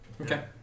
Okay